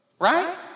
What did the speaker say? Right